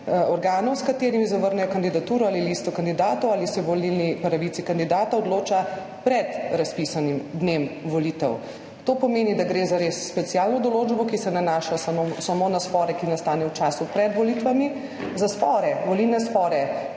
organov, s katerimi zavrnejo kandidaturo ali listo kandidatov ali se o volilni pravici kandidata odloča pred razpisanim dnem volitev. To pomeni, da gre za res specialno določbo, ki se nanaša samo na spore, ki nastanejo v času pred volitvami. Za spore, volilne spore,